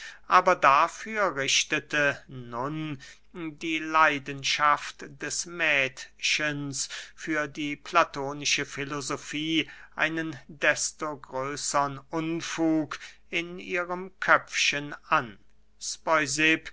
aber dafür richtete nun die leidenschaft des mädchens für die platonische filosofie einen desto größern unfug in ihrem köpfchen an